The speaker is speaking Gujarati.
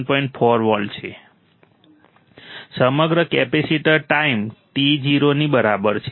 4 વોલ્ટ છે સમગ્ર કેપેસિટર ટાઈમ t 0 ની બરાબર છે